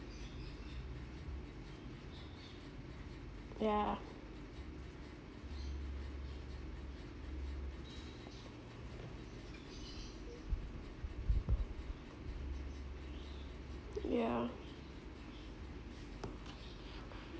yeah yeah